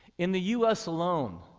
in the us alone,